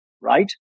right